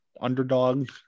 underdog